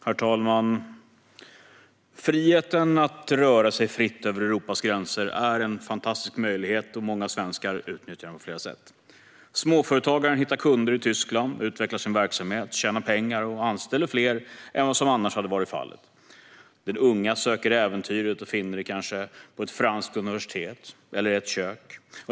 Herr talman! Friheten att röra sig fritt över Europas gränser är en fantastisk möjlighet, och många svenskar utnyttjar den på flera sätt. Småföretagaren hittar kunder i Tyskland och utvecklar sin verksamhet, tjänar pengar och anställer fler än vad som annars hade varit fallet. Den unga söker äventyret och finner det kanske på ett franskt universitet eller i ett kök.